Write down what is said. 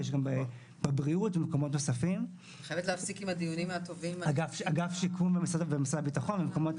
יש גם במשרד הבריאות ובמקומות נוספים; באגף שיקום ובמשרד הביטחון.